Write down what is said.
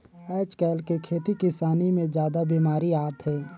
आयज कायल के खेती किसानी मे जादा बिमारी आत हे